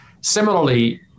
Similarly